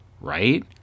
Right